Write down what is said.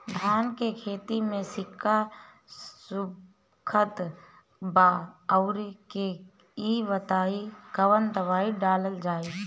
धान के खेती में सिक्का सुखत बा रउआ के ई बताईं कवन दवाइ डालल जाई?